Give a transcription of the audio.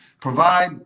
provide